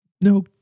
No